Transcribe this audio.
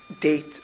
date